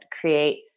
create